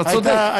אתה צודק.